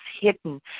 hidden